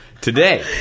today